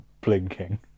blinking